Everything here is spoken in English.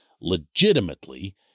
legitimately